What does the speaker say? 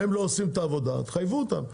הם לא עושים את העבודה תחייבו אותם.